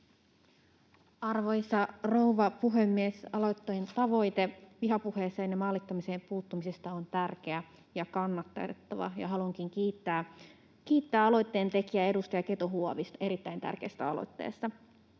Arvoisa rouva puhemies! Aloitteen tavoite vihapuheeseen ja maalittamiseen puuttumisesta on tärkeä ja kannatettava, ja haluankin kiittää aloitteen tekijää, edustaja Keto-Huovista, erittäin tärkeästä aloitteesta.